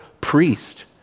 priest